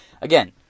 Again